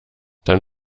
dann